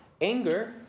anger